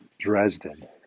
Dresden